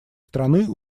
страны